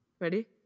Ready